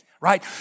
right